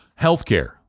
healthcare